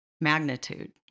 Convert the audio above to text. magnitude